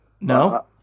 No